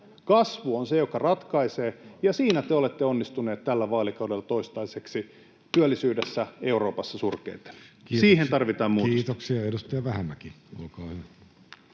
kasvu on se, joka ratkaisee, ja siinä te olette onnistuneet tällä vaalikaudella toistaiseksi, työllisyydessä, Euroopassa surkeiten. Siihen